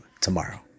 tomorrow